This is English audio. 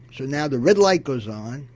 so now the red light goes on,